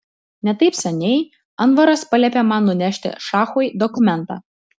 ne taip seniai anvaras paliepė man nunešti šachui dokumentą